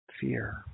fear